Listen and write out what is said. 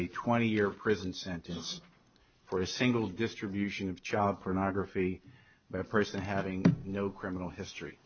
a twenty year prison sentence for a single distribution of child pornography by a person having no criminal history